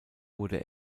wurde